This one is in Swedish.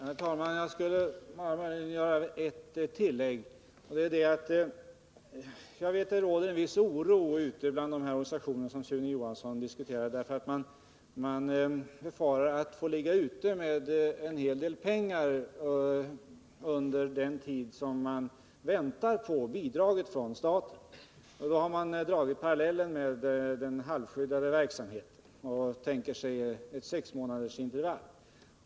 Herr talman! Jag vill bara göra ett tillägg. Jag vet att det råder en viss oro bland de organisationer som Sune Johansson diskuterade, eftersom man där befarar att behöva ligga ute med en hel del pengar under den tid man väntar på bidraget från staten. Då har man dragit en parallell med den halvskyddade verksamheten och tänker sig sexmånadersintervall.